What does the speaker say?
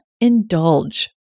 indulge